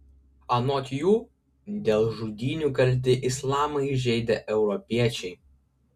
anot jų dėl žudynių kalti islamą įžeidę europiečiai